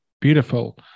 beautiful